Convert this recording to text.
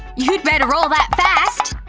you'd better roll that fast!